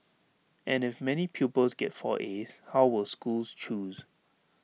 and if many pupils get four as how will schools choose